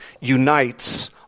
unites